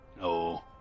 No